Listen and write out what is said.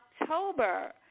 October